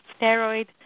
steroid